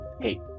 Hey